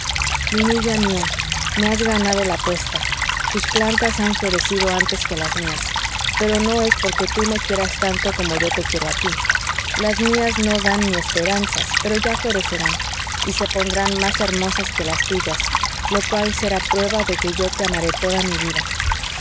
linilla mía me has ganado la apuesta tus plantas han florecido antes que las mías pero eso no es porque tú me quieras tanto como yo te quiero a tí las mías no dan ni esperanzas pero ya florecerán y se pondrán más hermosas que las tuyas lo cual será prueba de que yo te amaré toda mi vida